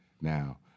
now